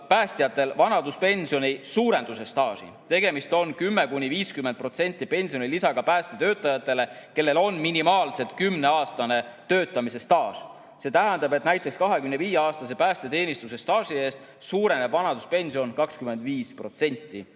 päästjatel vanaduspensioni suurenduse staaži. Tegemist on 10–50%‑lise pensionilisaga päästetöötajatele, kellel on minimaalselt kümneaastane töötamise staaž. See tähendab, et näiteks 25‑aastase päästeteenistuse staaži eest suureneb vanaduspension 25%.